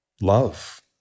love